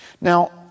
Now